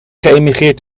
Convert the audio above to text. geëmigreerd